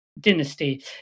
dynasty